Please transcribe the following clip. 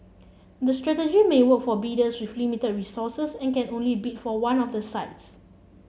this strategy may work for a bidders with limited resources and can only bid for one of the sites